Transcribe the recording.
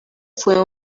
fue